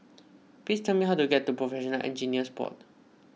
please tell me how to get to Professional Engineers Board